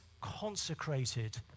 consecrated